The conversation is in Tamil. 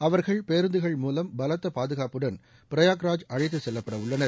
அவர்கள் பேருந்துகள் மூலம் பலத்த பாதுகாப்புடன் பிரயக்ராஜ் அழைத்து செல்லப்பட உள்ளனர்